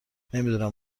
نمیدونم